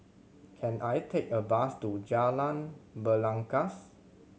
can I take a bus to Jalan Belangkas